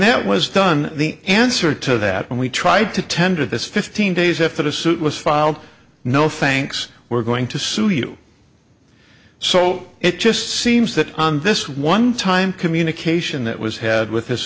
that was done the answer to that when we tried to tender this fifteen days if a suit was filed no fanks we're going to sue you so it just seems that on this one time communication that was had with this